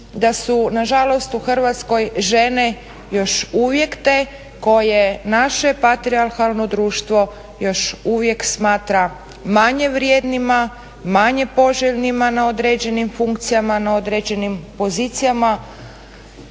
da su nažalost u Hrvatskoj žene još uvijek te koje naše patrijarhalno društvo još uvijek smatra manje vrijednima, manje poželjnima na određenim funkcijama na određenim pozicijama.